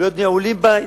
ולהיות נעולים בה,